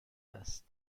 است